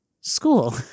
school